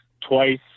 twice